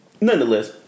nonetheless